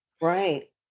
right